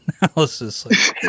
analysis